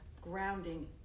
grounding